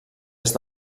est